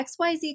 XYZ